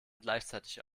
gleichzeitig